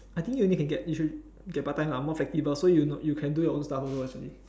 I think you only can get you should get part time lah more flexible so you you can do your own stuff also actually